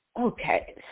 Okay